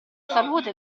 salute